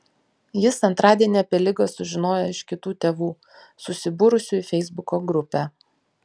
jis antradienį apie ligą sužinojo iš kitų tėvų susibūrusių į feisbuko grupę